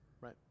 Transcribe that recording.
right